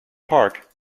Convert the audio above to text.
park